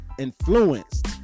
influenced